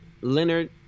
Leonard